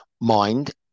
mind